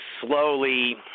slowly